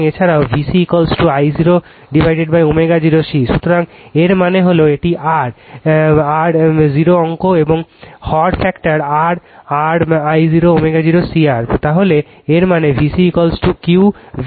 সুতরাং এছাড়াও VCI 0ω 0 C সুতরাং এর মানে হল এটি R I 0অঙ্ক এবং হর ফ্যাক্টারR R I 0ω0 C R তাহলে এর মানে VCQ V